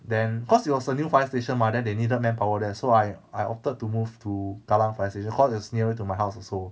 then cause it was a new fire station mah then they needed manpower there so I I opted to move to kallang fire station cause it's nearer to my house also